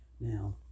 now